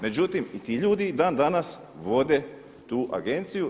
Međutim i ti ljudi i dan danas vode tu agenciju.